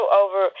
over